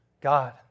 God